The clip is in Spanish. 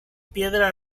piedra